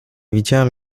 widziałem